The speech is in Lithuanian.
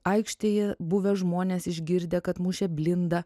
aikštėje buvę žmonės išgirdę kad mušė blindą